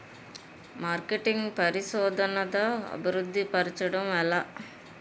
marketing పరిశోధనదా అభివృద్ధి పరచడం ఎలా